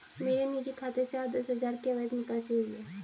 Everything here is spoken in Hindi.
मेरे निजी खाते से आज दस हजार की अवैध निकासी हुई है